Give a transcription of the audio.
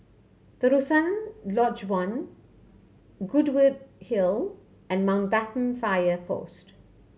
Terusan Lodge One Goodwood Hill and Mountbatten Fire Post